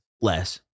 Less